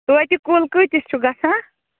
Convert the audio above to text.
توتہِ کُل کۭتِس چھُ گژھان